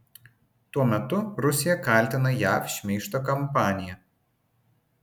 tuo metu rusija kaltina jav šmeižto kampanija